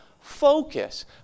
focus